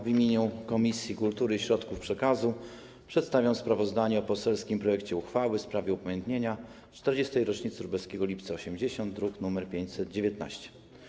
W imieniu Komisji Kultury i Środków Przekazu przedstawiam sprawozdanie o poselskim projekcie uchwały w sprawie upamiętnienia 40. rocznicy Lubelskiego Lipca ’80, druk nr 519.